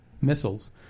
missiles